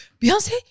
beyonce